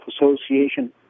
Association